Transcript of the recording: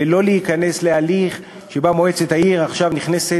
ולא להיכנס להליך שבו מועצת העיר בוחרת